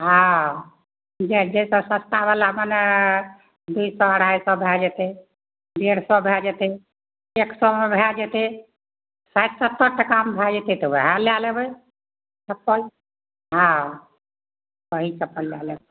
हँ डेढ़ डेढ़ सए सस्ता बला मने दुइ सए अढ़ाइ सए भए जेतै डेढ़ सए भए जेतै एक सए मे भए जेतै साठि सत्तर टका मे भऽ जेतै तऽ ओहए लए लेबै तऽ पइ हाँ पैसा अपन लए लेब